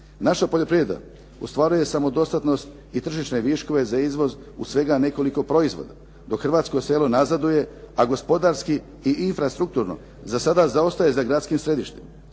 Naša poljoprivreda ostvaruje samo dostatnost i tržišne viškove za izvoz u svega nekoliko proizvoda, dok hrvatsko selo nazaduje, a gospodarski i infrastrukturno za sada zaostaje za gradskim središtima.